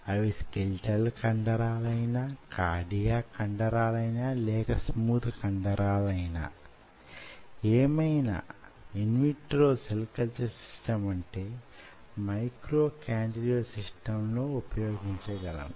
అవి స్కెలిటల్ కండరాలైనా కార్డియాక్ కండరాలైనా లేక స్మూత్ కండరాలైనా యేమైనా in vitro cell culture system అంటే మైక్రో క్యాంటి లివర్ సిస్టమ్ లో ఉపయోగించగలము